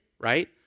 right